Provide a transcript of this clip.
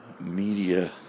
media